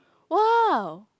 !wow!